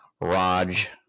Raj